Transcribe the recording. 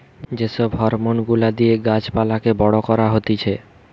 যে সব হরমোন গুলা দিয়ে গাছ পালাকে বড় করা হতিছে